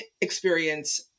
experience